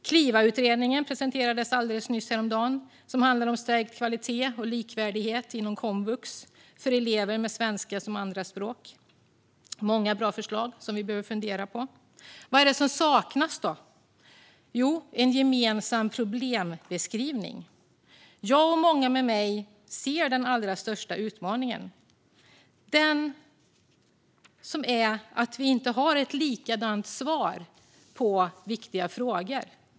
Kliva-utredningen presenterades häromdagen. Den handlar om stärkt kvalitet och likvärdighet inom komvux för elever med svenska som andraspråk. Även där finns många bra förslag som vi behöver fundera på. Vad är det då som saknas? Jo, det saknas en gemensam problembeskrivning. Jag och många med mig ser den allra största utmaningen: den att vi inte kan ge ett likartat svar på viktiga frågor.